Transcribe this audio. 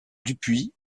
dupuis